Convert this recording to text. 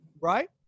Right